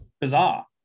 Bizarre